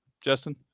Justin